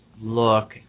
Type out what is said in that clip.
look